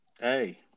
Hey